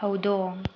ꯍꯧꯗꯣꯡ